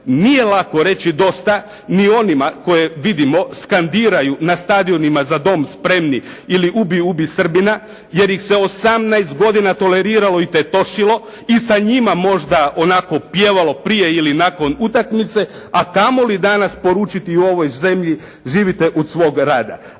Nije lako reći dosta ni onima koje vidimo skandiraju na stadionima "Za dom spremni" ili "Ubij, ubij Srbina" jer im se 18 godina toleriralo i tetošilo i sa njima možda onako pjevalo prije ili nakon utakmice, a kamoli danas poručiti ovoj zemlji živite od svog rada.